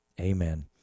amen